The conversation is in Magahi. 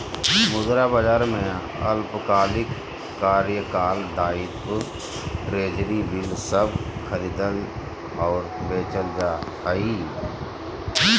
मुद्रा बाजार में अल्पकालिक कार्यकाल दायित्व ट्रेज़री बिल सब खरीदल और बेचल जा हइ